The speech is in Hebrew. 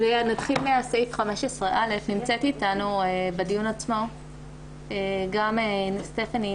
נמצאת אתנו בדיון סטפאני,